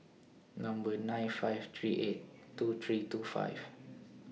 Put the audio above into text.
Number nine five three eight two three two five